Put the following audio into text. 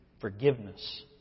forgiveness